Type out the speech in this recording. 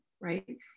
right